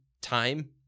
time